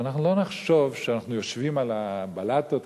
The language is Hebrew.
שאנחנו לא נחשוב שאנחנו יושבים על הבלטות,